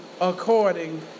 according